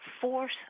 force